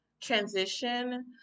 transition